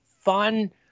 fun